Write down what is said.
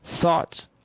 thoughts